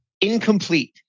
incomplete